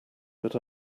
but